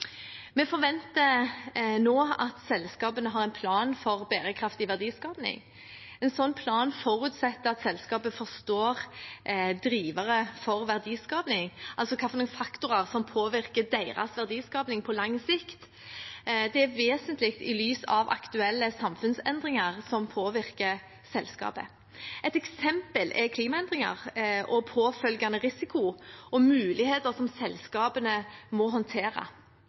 Vi forventer nå at selskapene har en plan for bærekraftig verdiskaping. En sånn plan forutsetter at selskapene forstår drivere for verdiskaping, altså hvilke faktorer som påvirker deres verdiskaping på lang sikt. Det er vesentlig i lys av aktuelle samfunnsendringer som påvirker selskapet. Et eksempel er klimaendringer og påfølgende risiko og muligheter som selskapene må håndtere.